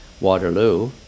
Waterloo